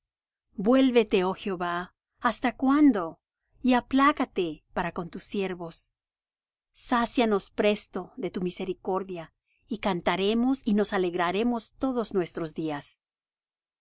vuélvete oh jehová hasta cuándo y aplácate para con tus siervos sácianos presto de tu misericordia y cantaremos y nos alegraremos todos nuestros días